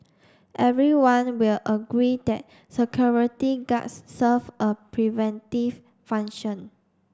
everyone will agree that security guards serve a preventive function